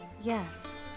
Yes